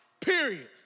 period